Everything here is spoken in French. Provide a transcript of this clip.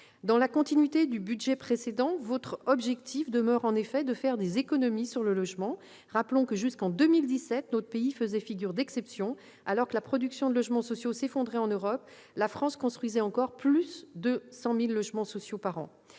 Dans la continuité du budget précédent, votre objectif demeure, en effet, de faire des économies sur le logement. Rappelons que, jusqu'en 2017, notre pays faisait figure d'exception : alors que la production de logements sociaux s'effondrait en Europe, la France construisait encore plus de 100 000 logements sociaux par an.